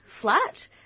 flat